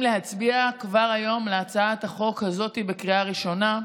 להצביע כבר היום על הצעת החוק הזאת בקריאה ראשונה.